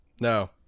no